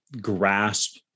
grasp